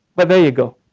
but there you go.